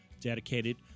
dedicated